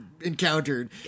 encountered